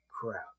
crap